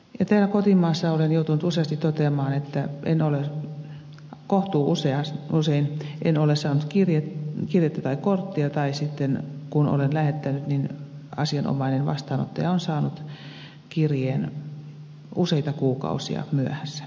täällä kotimassa olen joutunut useasti toteamaan että kohtuu usein en ole saanut kirjettä tai korttia tai sitten kun olen sen lähettänyt asianomainen vastaanottaja on saanut kirjeen useita kuukausia myöhässä